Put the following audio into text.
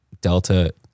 Delta